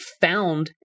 found